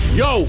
yo